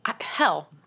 Hell